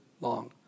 long